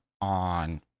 on